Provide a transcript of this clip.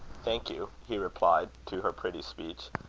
thank you, he replied to her pretty speech.